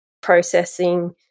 processing